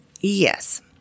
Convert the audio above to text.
Yes